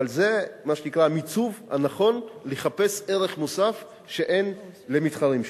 אבל זה המיצוב הנכון: לחפש ערך מוסף שאין למתחרים שלנו.